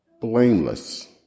blameless